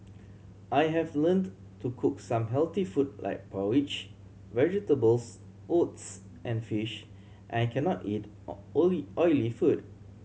I have learned to cook some healthy food like porridge vegetables oats and fish and I cannot eat oily food